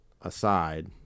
aside